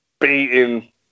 beating